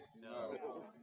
No